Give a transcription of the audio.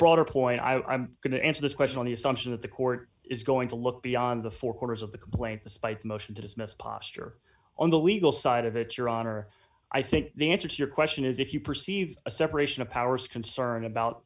broader point i'm going to answer this question on the assumption that the court is going to look beyond the four corners of the complaint despite the motion to dismiss posture on the legal side of it your honor i think the answer to your question is if you perceive a separation of powers concern about